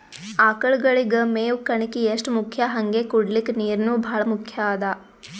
ಆಕಳಗಳಿಗ್ ಮೇವ್ ಕಣಕಿ ಎಷ್ಟ್ ಮುಖ್ಯ ಹಂಗೆ ಕುಡ್ಲಿಕ್ ನೀರ್ನೂ ಭಾಳ್ ಮುಖ್ಯ ಅದಾ